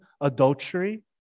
adultery